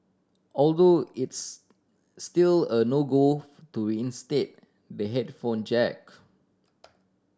although it's still a no go to instate the headphone jack